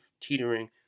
teetering